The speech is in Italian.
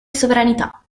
sovranità